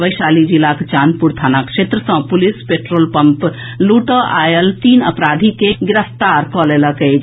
वैशाली जिलाक चांदपुर थाना क्षेत्र सॅ पुलिस पेट्रोल पंप लूटए आयल तीन अपराधी के गिरफ्तार कऽ लेलक अछि